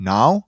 Now